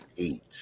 eight